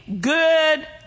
good